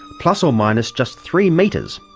plus or minus just three metres.